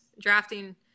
drafting